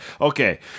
Okay